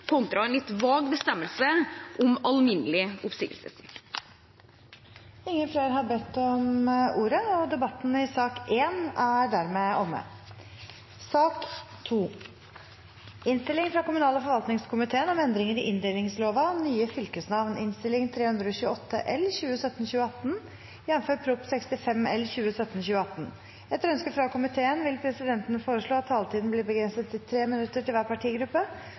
kontra en litt vag bestemmelse om alminnelig oppsigelsestid. Flere har ikke bedt om ordet til sak nr. 1. Etter ønske fra kommunal- og forvaltningskomiteen vil presidenten foreslå at taletiden blir begrenset til 3 minutter til hver partigruppe